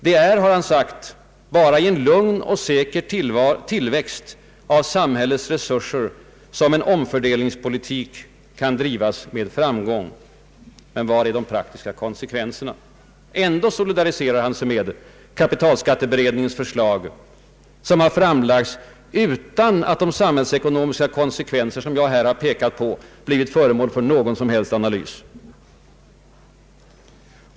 ”Det är”, har han sagt, ”bara i en lugn och säker tillväxt av samhällets resurser som en omfördelningspolitik kan drivas med framgång.” Men var är de praktiska konsekvenserna? ändå solidariserar han sig med kapitalskatteberedningens förslag, som har framlagts utan att de samhällsekonomiska konsekvenser som jag här har pekat på blivit föremål för någon som helst analys.